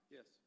Yes